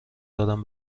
دارم